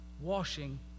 washing